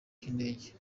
cy’indege